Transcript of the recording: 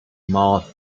mouths